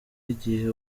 igihe